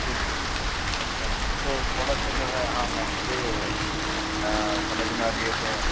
جی جی اچھا ہے تو تھوڑا سا جو ہے ہاں مہنگے سمجھ میں آ رہی ہے تو